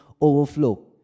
overflow